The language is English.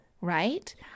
right